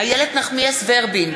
איילת נחמיאס ורבין,